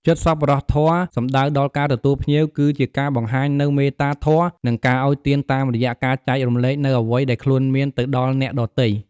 នេះជាគោលការណ៍គ្រឹះមួយនៅក្នុងព្រះពុទ្ធសាសនា ដែលលើកកម្ពស់ការចែករំលែក និងការមិនអាត្មានិយម។